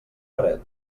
fred